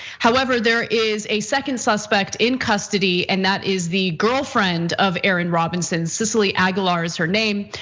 however, there is a second suspect in custody, and that is the girlfriend of aaron robinson, cecily aguilar is her name.